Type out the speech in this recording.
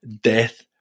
death